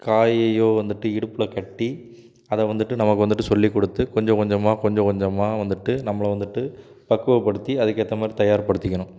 காயையோ வந்துவிட்டு இடுப்பில் கட்டி அதை வந்துவிட்டு நமக்கு வந்துவிட்டு சொல்லி கொடுத்து கொஞ்சம் கொஞ்சமாக கொஞ்சம் கொஞ்சமாக வந்துவிட்டு நம்மளை வந்துவிட்டு பக்குவப்படுத்தி அதுக்கு ஏற்ற மாதிரி தயார் படுத்திக்கணும்